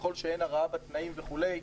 ככל שאין הרעה בתנאים וכולי,